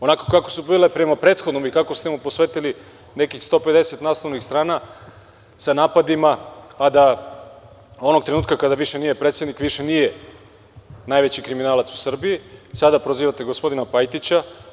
Onako kako su bile prema prethodnom i kako ste mu posvetili nekih 150 naslovnih strana sa napadima, a da onog trenutka kada više nije predsednik više nije najveći kriminalac u Srbiji, sada prozivate gospodina Pajtića.